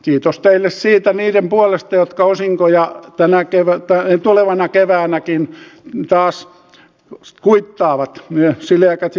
kiitos teille siitä niiden puolesta jotka osinkoja tulevana keväänäkin taas kuittaavat sileäkätiset kiittävät